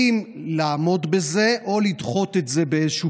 אם לעמוד בזה או לדחות את זה באיזשהו